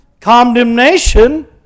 condemnation